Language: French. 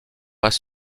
pas